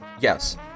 yes